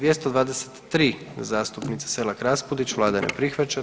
223. zastupnice Selak Raspudić, vlada ne prihvaća.